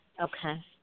Okay